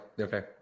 Okay